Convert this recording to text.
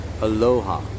Aloha